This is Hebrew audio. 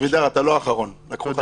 אבידר, אתה לא האחרון, לקחו לך את הבכורה.